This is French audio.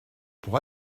pour